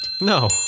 No